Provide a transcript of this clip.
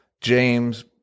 james